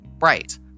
Right